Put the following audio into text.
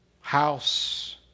house